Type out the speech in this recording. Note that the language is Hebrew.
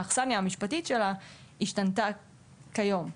האכסנייה המשפטית שלה השתנתה כיום.